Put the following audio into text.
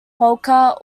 polka